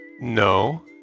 no